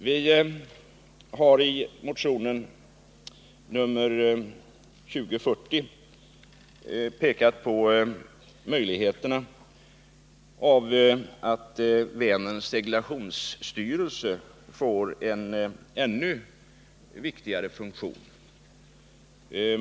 Vi har i motion 2040 pekat på möjligheterna att låta Vänerns seglations styrelse få en ännu viktigare funktion än den nu har.